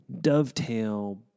dovetail